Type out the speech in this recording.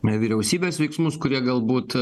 vyriausybės veiksmus kurie galbūt